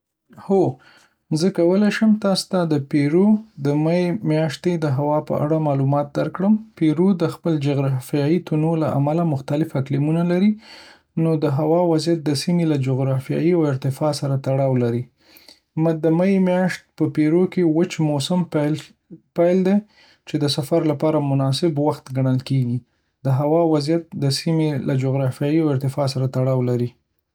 هو، زه کولی شم تاسو ته د پیرو د می میاشتې د هوا په اړه معلومات درکړم. پیرو د خپل جغرافیایي تنوع له امله مختلف اقلیمونه لري، نو د هوا وضعیت د سیمې له جغرافیې او ارتفاع سره تړاو لري. د می میاشت په پیرو کې د وچ موسم پیل دی، چې د سفر لپاره مناسب وخت ګڼل کیږي. د هوا وضعیت د سیمې له جغرافیې او ارتفاع سره تړاو لري.